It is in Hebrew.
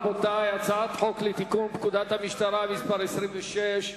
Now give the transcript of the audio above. רבותי, על הצעת חוק לתיקון פקודת המשטרה (מס' 26)